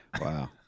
Wow